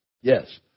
Yes